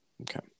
Okay